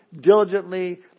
diligently